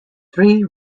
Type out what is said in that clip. three